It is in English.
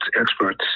experts